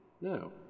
No